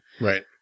right